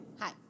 hi